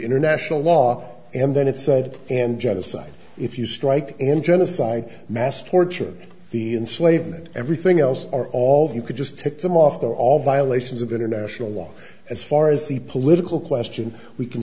international law and then it said and genocide if you strike in genocide mass torture the enslavement everything else or all you could just take them off they're all violations of international law as far as the political question we can